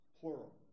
plural